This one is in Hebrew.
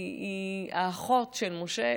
היא האחות של משה.